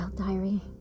diary